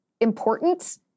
important